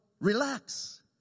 relax